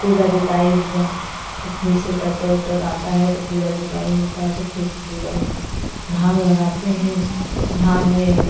पूरा जुताई हुआ तो फिर से टैटर उटर आता है तो पूरा जुताई होता है तो फिर से पूरा धान लगते है धान में